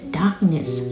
darkness